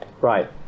right